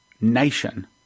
nation